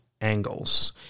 angles